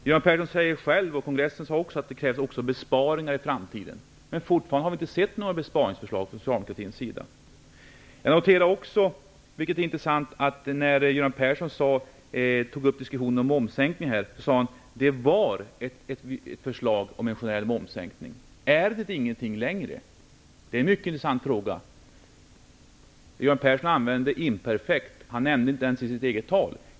Göran Persson säger själv, och det sade kongressen också, att det krävs besparingar i framtiden. Vi har dock fortfarande inte sett några besparingsförslag från socialdemokratins sida. Jag noterade också, vilket är intressant, att när Göran Persson här tog upp diskussionen om momssänkning så sade han att det var ett förslag om en generell momssänkning. Är det inget förslag längre? Det är en mycket intressant fråga. Göran Persson använde imperfekt. Han nämnde det inte ens i sitt eget tal.